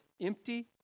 empty